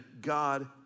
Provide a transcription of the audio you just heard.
God